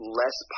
less